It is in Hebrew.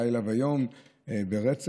לילה ויום ברצף,